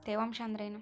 ತೇವಾಂಶ ಅಂದ್ರೇನು?